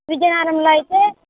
విజయనగరంలో అయితే